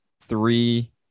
three